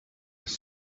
his